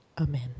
Amen